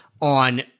on